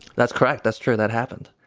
that's correct. that's true. that happened.